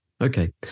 okay